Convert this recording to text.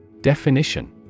Definition